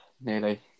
Nearly